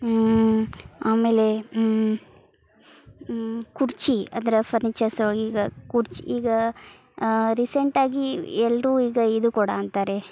ಆಮೇಲೆ ಕುರ್ಚಿ ಅಂದ್ರೆ ಫರ್ನೀಚರ್ಸ್ ಒಳಗೆ ಈಗ ಕುರ್ಚಿ ಈಗ ರೀಸೆಂಟಾಗಿ ಎಲ್ಲರೂ ಈಗ ಇದು ಕೊಡು ಅಂತಾರೆ